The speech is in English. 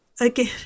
again